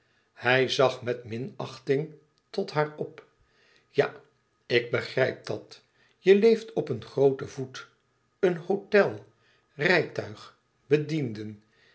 hij zag met minachting tot haar op ja ik begrijp dat je leeft op een grooten voet een hôtel rijtuig bedienden